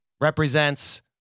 represents